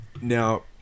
Now